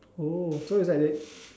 oh so it's like that